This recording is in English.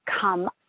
come